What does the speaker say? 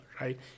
right